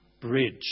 bridge